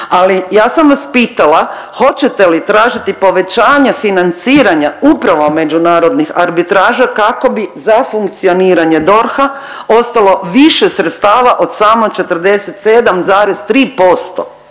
Ali ja sam vas pitala hoćete li tražiti povećanje financiranja upravo međunarodnih arbitraža kako bi za funkcioniranje DORH-a ostalo više sredstava od samo 47,3%